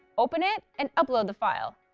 open it and upload the file.